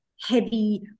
heavy